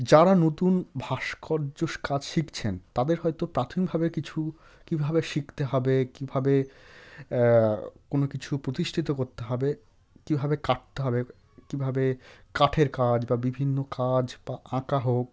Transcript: যারা নতুন ভাস্কর্য কাজ শিখছেন তাদের হয়তো প্রাথমিকভাবে কিছু কীভাবে শিখতে হবে কীভাবে কোনো কিছু প্রতিষ্ঠিত করতে হবে কীভাবে কাটতে হবে কীভাবে কাঠের কাজ বা বিভিন্ন কাজ বা আঁকা হোক